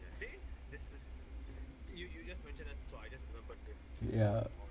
ya